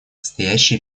стоящие